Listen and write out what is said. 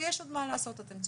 ויש עוד מה לעשות, אתם צודקים.